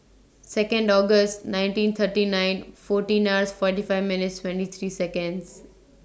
Second August nineteen thirty nine fourteen ninth forty five minutes twenty three Seconds